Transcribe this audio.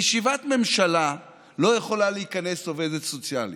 לישיבת ממשלה לא יכולה להיכנס עובדת סוציאלית,